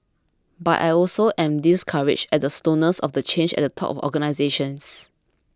but I also am discouraged at the slowness of the change at the top of organisations